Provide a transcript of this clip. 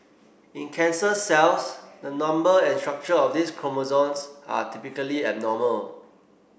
in cancer cells the number and structure of these chromosomes are typically abnormal